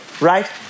right